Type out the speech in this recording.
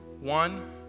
One